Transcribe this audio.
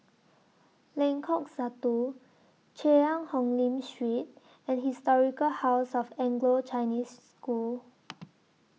Lengkok Satu Cheang Hong Lim Street and Historic House of Anglo Chinese School